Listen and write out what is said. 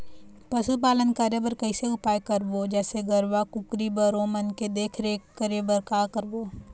पशुपालन करें बर कैसे उपाय करबो, जैसे गरवा, कुकरी बर ओमन के देख देख रेख करें बर का करबो?